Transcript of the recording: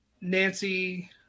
Nancy